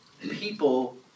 people